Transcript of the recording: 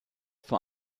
vor